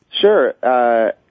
Sure